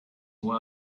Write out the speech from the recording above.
why